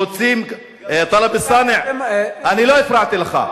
רוצים, טלב אלסאנע, אני לא הפרעתי לך.